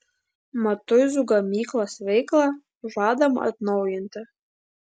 matuizų gamyklos veiklą žadama atnaujinti